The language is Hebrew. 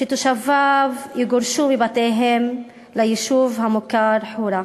שתושביו יגורשו מבתיהם ליישוב המוכר חורה.